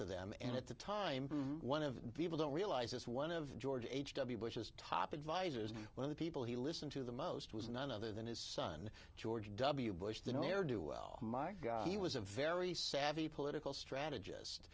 to them and at the time one of the people don't realize this one of george h w bush's top advisers one of the people he listen to the most was none other than his son george w bush didn't hear do well he was a very savvy political strategist